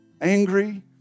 angry